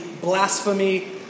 Blasphemy